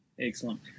Excellent